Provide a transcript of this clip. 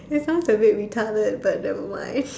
it sounds a bit retarded but never mind